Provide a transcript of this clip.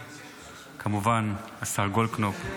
אדוני היושב-ראש, כמובן השר גולדקנופ.